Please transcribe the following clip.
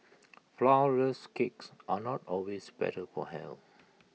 Flourless Cakes are not always better for health